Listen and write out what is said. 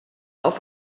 auf